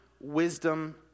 wisdom